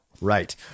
Right